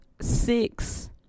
six